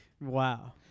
Wow